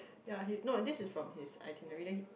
ya he no this is from his itinerary